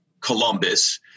Columbus